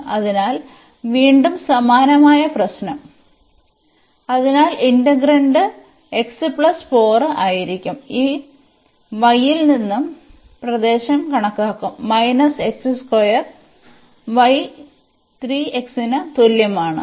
അതിനാൽ വീണ്ടും സമാനമായ പ്രശ്നം അതിനാൽ ഇന്റഗ്രന്റ് x 4 ആയിരിക്കും ഈ y ൽ നിന്ന് പ്രദേശം കണക്കാക്കും y 3x ന് തുല്യമാണ്